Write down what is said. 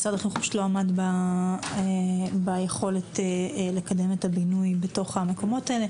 למשרד החינוך פשוט לא הייתה יכולת לקדם את הבינוי בישובים הללו.